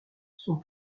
sont